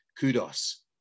kudos